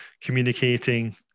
communicating